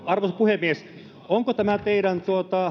arvoisa puhemies ovatko nämä teidän